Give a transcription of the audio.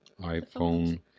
iPhone